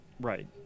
right